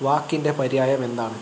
വാക്കിന്റെ പര്യായം എന്താണ്